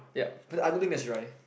yup but I don't think that's dry